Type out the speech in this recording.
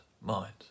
mind